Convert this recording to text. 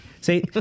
see